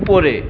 উপরে